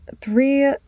three